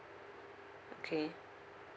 okay